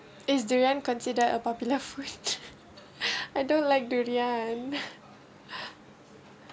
is durian consider a popular food I don't like durian